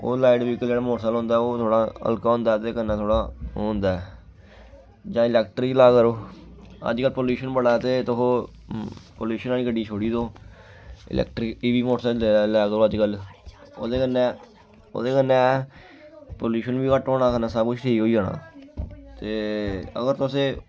ओह् light vehicle जेह्ड़ा motorcycle होंदा ओह् थोह्ड़ा हल्का होंदा ते कन्नै थोह्ड़ा ओह् होंदा ऐ जां इलैक्ट्रिक चला करो अज्जकल पल्यूशन बड़ा ऐ ते तुस पलूशन आह्ली गड्डी छोड़ी दो इलैक्ट्रिक ईवी मोटरसैकल चले दे अज्जकल ओह्दे कन्नै ओह्दे कन्नै पलूशन बी घट्ट होना कन्नै सब कुछ ठीक होई जाना ते अगर तुसें